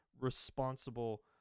responsible